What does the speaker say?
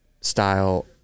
style